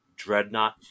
Dreadnought